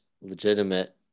legitimate